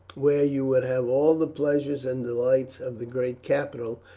where you would have all the pleasures and delights of the great capital,